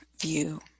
view